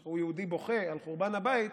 שראו יהודי בוכה על חורבן הבית,